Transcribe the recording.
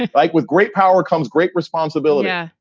like with great power comes great responsibility. yeah